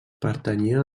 pertanyia